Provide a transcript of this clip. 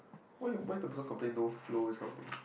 why why the blood complain no flow resulting